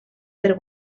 per